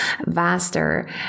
vaster